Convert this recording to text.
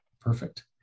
Perfect